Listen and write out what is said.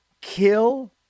kill